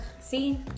see